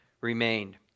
remained